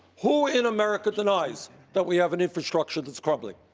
who in america denies that we have an infrastructure that is crumbling?